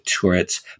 turrets